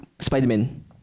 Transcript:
Spider-Man